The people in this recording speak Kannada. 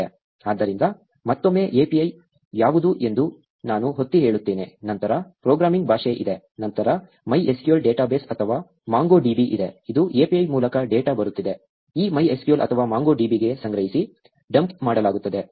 ಆದ್ದರಿಂದ ಮತ್ತೊಮ್ಮೆ API ಯಾವುದು ಎಂದು ನಾನು ಒತ್ತಿ ಹೇಳುತ್ತೇನೆ ನಂತರ ಪ್ರೋಗ್ರಾಮಿಂಗ್ ಭಾಷೆ ಇದೆ ನಂತರ MySQL ಡೇಟಾಬೇಸ್ ಅಥವಾ MongoDB ಇದೆ ಇದು API ಮೂಲಕ ಡೇಟಾ ಬರುತ್ತಿದೆ ಈ MySQL ಅಥವಾ MongoDB ಗೆ ಸಂಗ್ರಹಿಸಿ ಡಂಪ್ ಮಾಡಲಾಗುತ್ತದೆ